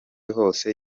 hose